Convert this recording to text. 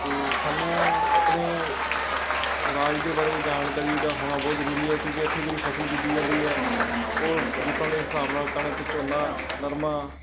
ਅਤੇ ਸਾਨੂੰ ਆਪਣੇ ਰਾਜ ਦੇ ਬਾਰੇ ਜਾਣਕਾਰੀ ਦਾ ਹੋਣਾ ਬਹੁਤ ਜ਼ਰੂਰੀ ਹੈ ਕਿਉਂਕਿ ਇੱਥੇ ਜਿਹੜੀ ਫਸਲ ਬੀਜੀ ਜਾਂਦੀ ਹੈ ਉਹ ਰੁੱਤਾਂ ਦੇ ਹਿਸਾਬ ਨਾਲ ਕਣਕ ਝੋਨਾ ਨਰਮਾ